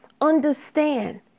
understand